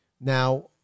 now